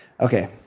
Okay